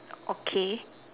okay